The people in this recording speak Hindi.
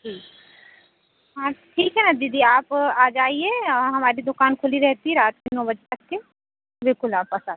ठीक हाँ ठीक है ना दीदी आप आ जाइए हमारी दुकान खुली रहती रात के नौ बजे तक के बिल्कुल आप आ सा